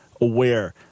aware